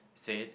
said